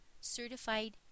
certified